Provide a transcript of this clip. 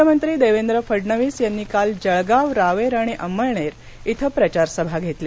मुख्यमंत्री देवेंद्र फडणवीस यांनी काल जळगाव रावेर आणि अंमळनेर इथं प्रचारसभा घेतल्या